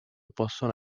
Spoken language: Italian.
possono